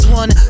one